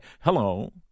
Hello